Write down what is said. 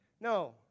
No